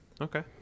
Okay